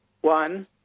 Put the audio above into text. One